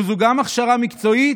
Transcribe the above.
שגם זאת הכשרה מקצועית,